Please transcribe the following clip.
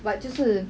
but 就是